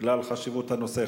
בגלל חשיבות הנושא.